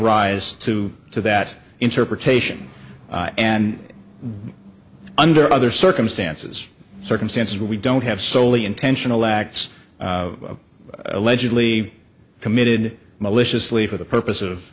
rise to to that interpretation and under other circumstances circumstances where we don't have solely intentional acts allegedly committed maliciously for the purpose of